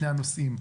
הנושאים.